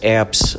apps